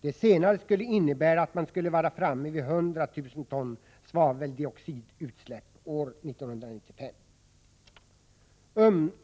Det senare skulle innebära att man hade uppnått målet 100 000 ton svaveldioxidutsläpp år 1995.